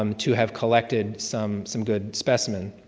um to have collected some some good specimen.